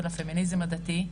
של הפמיניזם הדתי,